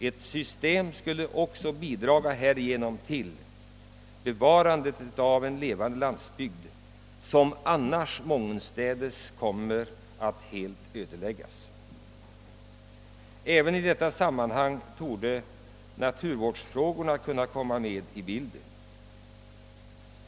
Ett sådant system skulle vidare bidra till bevarandet av en levande landsbygd — en landsbygd som annars mångenstädes kommer att ödeläggas. I detta sammanhang torde även naturvårdsfrågorna kunna komma in i bilden.